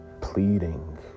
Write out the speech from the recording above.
pleading